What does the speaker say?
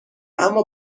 اما